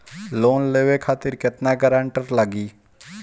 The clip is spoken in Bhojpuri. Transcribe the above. लोन लेवे खातिर केतना ग्रानटर लागी?